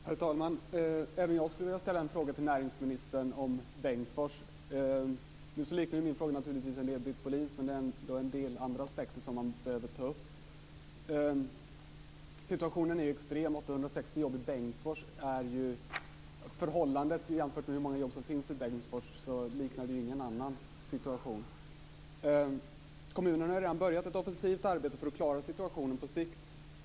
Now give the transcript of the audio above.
Herr talman! Även jag skulle vilja ställa en fråga till näringsministern om Bengtsfors. Visserligen liknar min fråga en del Britt Bohlins, men det finns också en del andra aspekter som man behöver ta upp. Situationen är extrem. Förhållandet mellan de berörda 860 jobben i Bengtsfors och det totala antalet jobb i Bengtsfors gör att situationen där inte liknar någon annan. Kommunen har redan börjat ett offensivt arbete för att klara situationen på sikt.